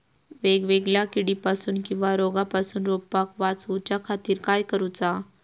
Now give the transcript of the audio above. वेगवेगल्या किडीपासून किवा रोगापासून रोपाक वाचउच्या खातीर काय करूचा?